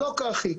לא כך הדבר.